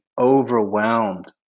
overwhelmed